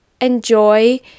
enjoy